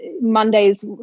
Mondays